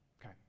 Okay